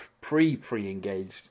pre-pre-engaged